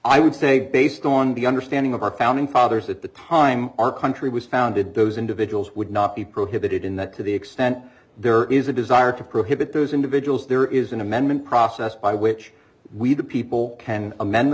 i would say based on the understanding of our founding fathers at the time our country was founded those individuals would not be prohibited in that to the extent there is a desire to prohibit those individuals there is an amendment process by which we do people can amend the